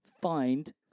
find